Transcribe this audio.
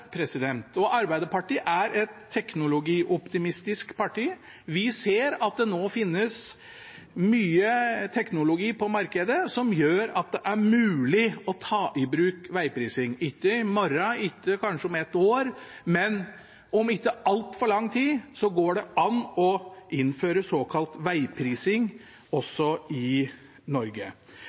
og Arbeiderpartiet er et teknologioptimistisk parti. Vi ser at det nå finnes mye teknologi på markedet som gjør at det er mulig å ta i bruk vegprising – ikke i morgen, kanskje ikke om et år, men om ikke altfor lang tid, går det an å innføre såkalt vegprising også i Norge.